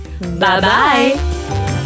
Bye-bye